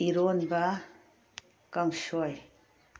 ꯏꯔꯣꯟꯕ ꯀꯥꯡꯁꯣꯏ